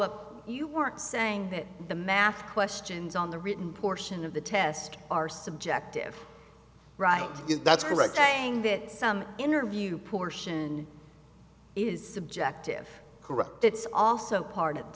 up you work saying that the math questions on the written portion of the test are subjective right that's correct tang that some interview portion is subjective correct it's also part of the